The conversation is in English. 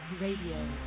Radio